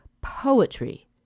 poetry